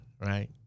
right